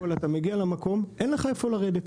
הכל אתה מגיע למקום ואין לך איפה לרדת.